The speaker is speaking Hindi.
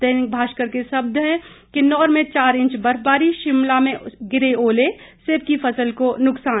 दैनिक भास्कर के शब्द हैं किन्नौर में चार इंच बर्फबारी शिमला में गिरे ओले सेब की फसल को नुकसान